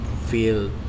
feel